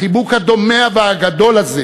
החיבוק הדומע והגדול הזה,